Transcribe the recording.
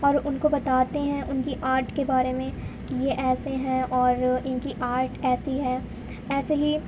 اور ان کو بتاتے ہیں ان کی آرٹ کے بارے میں یہ کہ ایسے ہیں اور ان کی آرٹ ایسی ہے ایسے ہی